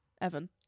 Evan